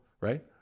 right